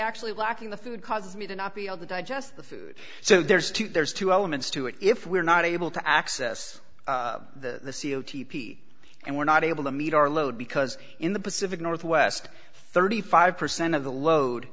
actually lacking the food causes me to not be able to digest the food so there's two there's two elements to it if we're not able to access the c o t p and we're not able to meet our load because in the pacific northwest thirty five percent of the load